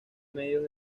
medios